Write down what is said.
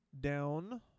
down